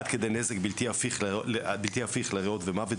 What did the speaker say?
עד כדי נזק בלתי הפיך לריאות ומוות,